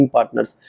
Partners